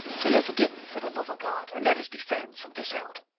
so you'll forgive me, for the love of god, and let us be friends from this out.